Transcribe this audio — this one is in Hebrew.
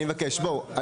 אני מבקש, בואו.